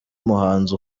muhanzi